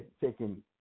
taking